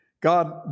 God